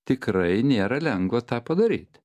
tikrai nėra lengva tą padaryti